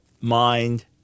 mind